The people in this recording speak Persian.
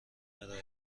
ارائه